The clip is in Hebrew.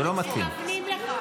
מותר לדפוק.